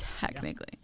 Technically